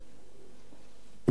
נשפכו המים.